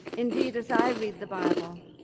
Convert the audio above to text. indeed, as i read the bible,